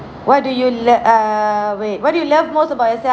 what do you like err wait what do you love most about yourself